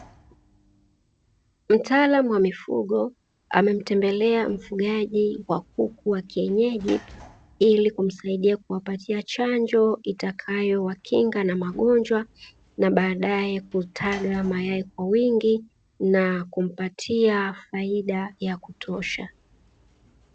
Mtaalamu wa mifugo amemtembelea mfugaji wa kuku wa kienyeji ili kumsaida kuwapatia chanjo itakayowakinga na magonjwa, na baadae kutaga mayai kwa wingi na kumpatia faida ya kutosha.